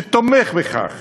שתומך בכך?